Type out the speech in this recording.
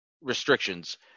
restrictions